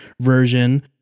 version